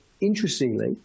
Interestingly